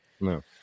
No